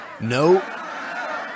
no